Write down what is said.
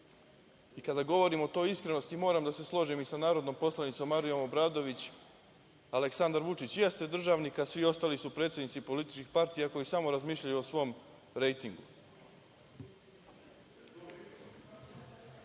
govorimo o toj iskrenosti, moram da se složim i sa narodnom poslanicom Marijom Obradović, Aleksandar Vučić jeste državnik, a svi ostali su predsednici političkih partija koji samo razmišljaju o svom rejtingu. Nije